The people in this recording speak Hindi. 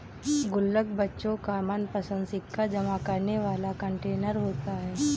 गुल्लक बच्चों का मनपंसद सिक्का जमा करने वाला कंटेनर होता है